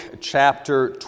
chapter